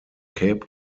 cape